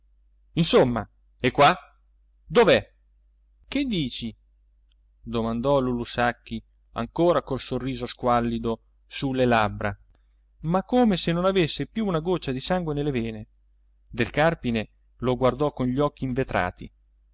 insomma è qua dov'è che dici domandò lulù sacchi ancora col sorriso squallido su le labbra ma come se non avesse più una goccia di sangue nelle vene del carpine lo guardò con gli occhi invetrati